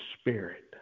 Spirit